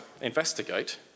investigate